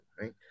right